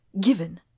given